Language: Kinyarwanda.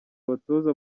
abatoza